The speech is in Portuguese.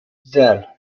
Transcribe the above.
zero